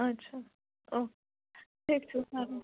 અચ્છા ઓકે ઠીક છે સારું